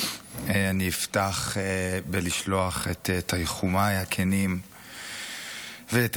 אני אפתח בלשלוח את תנחומיי הכנים ואת